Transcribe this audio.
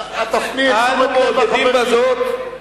תפני את תשומת לב,